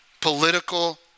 political